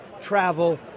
travel